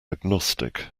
agnostic